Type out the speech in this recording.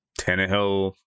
Tannehill